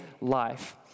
life